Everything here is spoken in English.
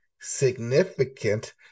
significant